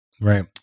Right